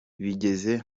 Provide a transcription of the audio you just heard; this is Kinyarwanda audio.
bigeze